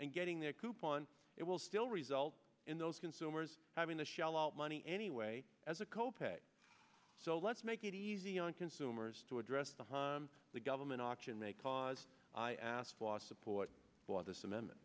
and getting their coupon it will still result in those consumers having to shell out money anyway as a co pay so let's make it easy on consumers to address the the government option they cause i asked was support for this amendment